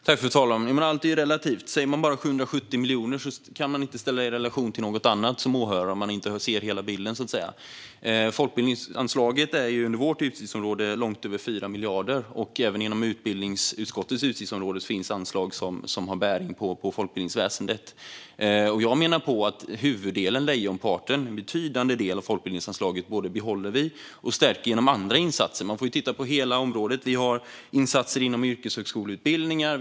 Fru talman! Allt är relativt. Om man bara säger 770 miljoner kan en åhörare inte sätta det i relation till något annat, om man inte ger hela bilden. Folkbildningsanslaget är i vårt utgiftsområde långt över 4 miljarder, och även inom utbildningsutskottets utgiftsområde finns anslag som har bäring på folkbildningsväsendet. Jag menar att vi behåller huvuddelen, en betydande del, av folkbildningsanslaget och stärker det genom andra insatser. Man får titta på hela området. Vi har insatser inom yrkeshögskoleutbildningar.